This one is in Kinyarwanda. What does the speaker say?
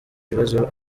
ibibazo